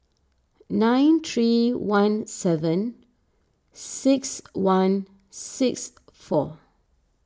nine three one seven six one six four